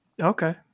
Okay